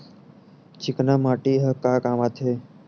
चिकना माटी ह का काम आथे?